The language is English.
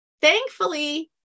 thankfully